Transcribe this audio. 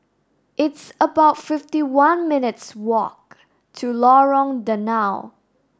it's about fifty one minutes' walk to Lorong Danau